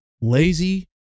lazy